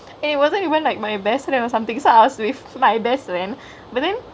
and it wasn't even my best friend or somethingk I was with my best friend but then